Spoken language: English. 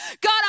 god